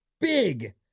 big